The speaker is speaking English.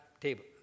table